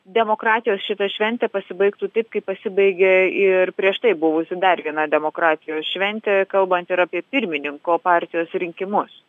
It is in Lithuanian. demokratijos šita šventė pasibaigtų taip kaip pasibaigė ir prieš tai buvusi dar viena demokratijos šventė kalbant ir apie pirmininko partijos rinkimus